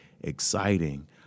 exciting